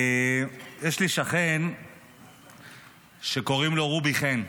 יש לי שכן שקוראים לו רובי חן,